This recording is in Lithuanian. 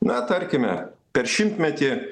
na tarkime per šimtmetį